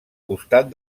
costat